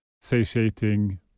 satiating